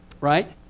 Right